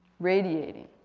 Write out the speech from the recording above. radiating.